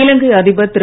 இலங்கை அதிபர் திரு